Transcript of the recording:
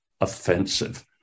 offensive